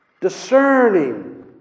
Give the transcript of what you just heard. Discerning